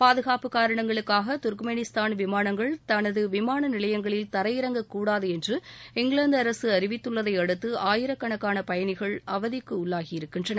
பாதுகாப்பு காரணங்களுக்காக தர்க்மேனிஸ்தான் விமானங்கள் தமது விமான நிலையங்களில் தரையிறங்கக்கூடாது என்று இங்கிலாந்து அரசு அறிவித்துள்ளதை அடுத்து ஆயிரக்கணக்கான பயணிகள் அவதிக்கு உள்ளாகியிருக்கின்றனர்